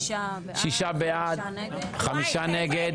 שישה בעד, חמישה נגד.